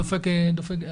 דופק בחלונות.